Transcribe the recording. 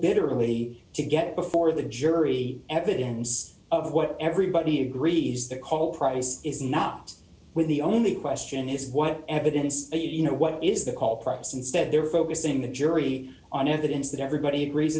bitterly to get before the jury evidence of what everybody agrees the whole price is not with the only question is what evidence you know what is the call price instead they're focusing the jury on evidence that everybody agrees